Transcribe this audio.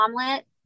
omelet